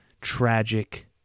tragic